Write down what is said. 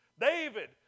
David